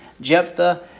Jephthah